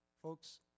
Folks